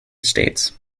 states